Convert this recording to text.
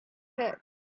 hurts